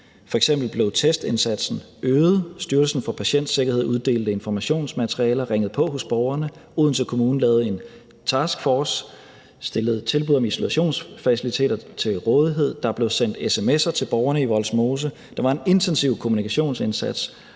f.eks. blev testindsatsen øget, Styrelsen for Patientsikkerhed uddelte informationsmateriale, ringede på hos borgerne, Odense Kommune lavede en taskforce og stillede tilbud om isolationsfaciliteter til rådighed, der blev sendt sms'er til borgerne i Vollsmose, der var en intensiv kommunikationsindsats